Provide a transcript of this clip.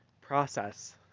process